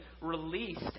released